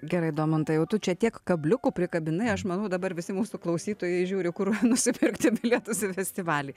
gerai domantai tu čia tiek kabliukų prikabinai aš manau dabar visi mūsų klausytojai žiūri kur nusipirkti bilietus į festivalį